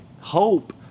hope